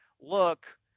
look